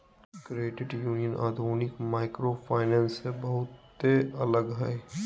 credit union आधुनिक microfinance से बहुते अलग हय